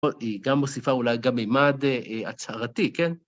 היא גם מוסיפה אולי גם מימד הצהרתי, כן?